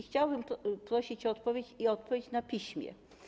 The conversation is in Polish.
Chciałabym prosić o odpowiedź i o odpowiedź na piśmie.